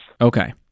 Okay